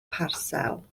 parsel